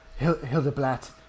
Hildeblatt